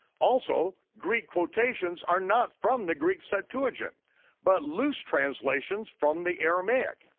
also, greek quotations are not from the greek septuagint but loose translations from the aramaic.